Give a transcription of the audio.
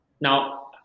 Now